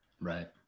Right